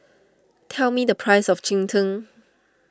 tell me the price of Cheng Tng